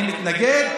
למה אני מתנגד?